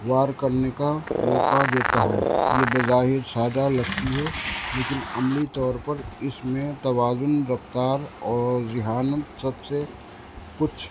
وار کرنے کا موقع دیتا ہے یہ بظاہر سادہ لگتی ہے لیکن عملی طور پر اس میں توازن رفتار اور ذہانت سب سے کچھ